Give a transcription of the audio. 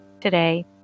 today